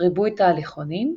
ריבוי תהליכונים,